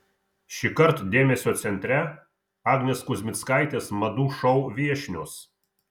šįkart dėmesio centre agnės kuzmickaitės madų šou viešnios